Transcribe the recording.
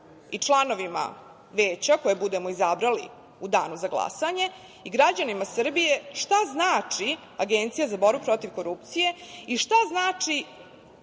i članovima Veća, koje budemo izabrali u danu za glasanje, i građanima Srbije šta znači Agencija za borbu protiv korupcije i šta znači